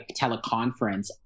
teleconference